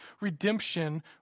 redemption